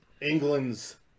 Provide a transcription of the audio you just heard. England's